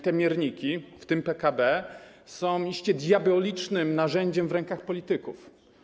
Te mierniki, w tym PKB, są iście diabolicznym narzędziem w rękach polityków.